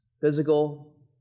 physical